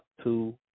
two